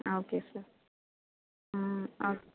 okay okay hmm okay